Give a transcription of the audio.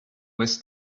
was